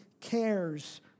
cares